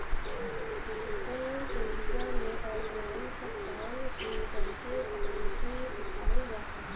digital India में online सब काम के करेके तकनीकी सिखावल जात हवे